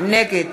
נגד